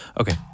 Okay